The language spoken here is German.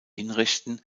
hinrichten